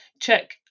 check